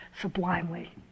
sublimely